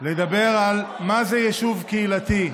על מה זה יישוב קהילתי,